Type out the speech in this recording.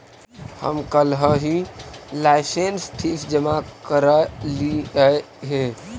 हम कलहही licence fee जमा करयलियइ हे